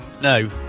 No